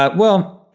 um well,